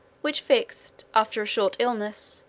which fixed, after a short illness,